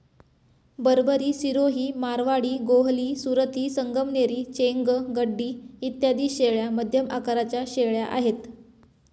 बरबरी, सिरोही, मारवाडी, गोहली, सुरती, संगमनेरी, चेंग, गड्डी इत्यादी शेळ्या मध्यम आकाराच्या शेळ्या आहेत